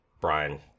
Brian